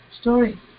story